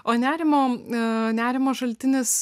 o nerimo a nerimo šaltinis